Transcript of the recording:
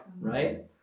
right